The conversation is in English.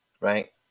right